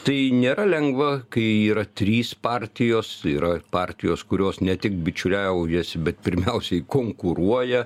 tai nėra lengva kai yra trys partijos yra partijos kurios ne tik bičiuliaujasi bet pirmiausiai konkuruoja